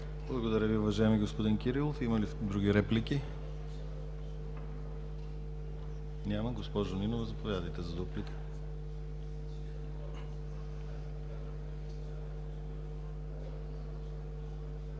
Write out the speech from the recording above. Благодаря Ви, уважаеми господин Кирилов. Има ли други реплики? Няма. Госпожо Нинова, заповядайте за дуплика.